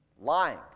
lying